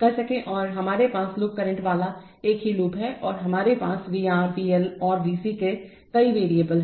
कर सकें और हमारे पास लूप करंट वाला एक ही लूप है और हमारे पास है V RV L और V C के कई वेरिएबल हैं